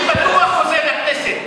אני בטוח חוזר לכנסת,